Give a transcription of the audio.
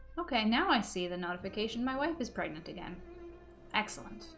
okay now i see the notification my wife is pregnant again excellent